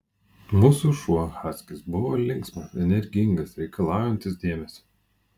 mūsų šuo haskis buvo linksmas energingas reikalaujantis dėmesio